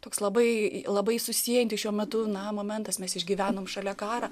toks labai labai susiejantis šiuo metu na momentas mes išgyvenom šalia karą